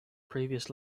previous